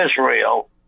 Israel